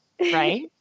right